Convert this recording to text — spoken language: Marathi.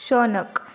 शौनक